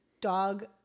dog